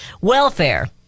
Welfare